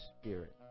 Spirit